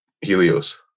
Helios